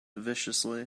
viciously